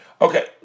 Okay